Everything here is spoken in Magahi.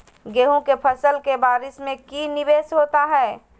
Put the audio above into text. गेंहू के फ़सल के बारिस में की निवेस होता है?